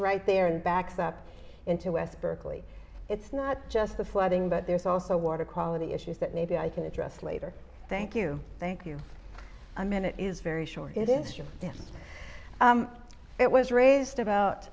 right there and back up into west berkeley it's not just the flooding but there's also water quality issues that maybe i can address later thank you thank you a minute is very short it is your yes it was raised